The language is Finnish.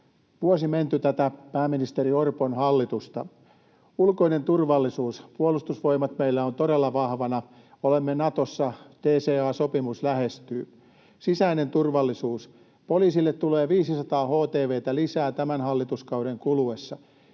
Vuosi on menty tätä pääministeri Orpon hallitusta. Ulkoinen turvallisuus: Puolustusvoimat meillä ovat todella vahvoina, olemme Natossa, DCA-sopimus lähestyy. Sisäinen turvallisuus: poliisille tulee 500 htv:tä lisää tämän hallituskauden kuluessa